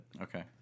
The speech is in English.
Okay